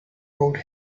out